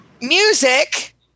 music